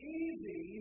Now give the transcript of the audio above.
easy